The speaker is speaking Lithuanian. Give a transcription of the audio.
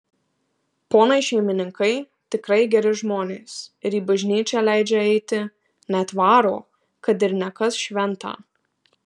ponai šeimininkai tikrai geri žmonės ir į bažnyčią leidžia eiti net varo kad ir ne kas šventą